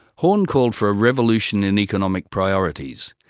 horne called for a revolution in economic priorities,